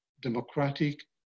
democratic